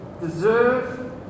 deserve